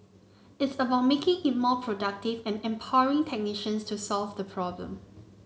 it's about making it more productive and empowering technicians to solve the problem